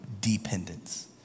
dependence